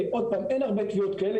אין הרבה תביעות כאלה.